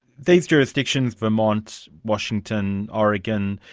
these jurisdictions vermont, washington, oregon,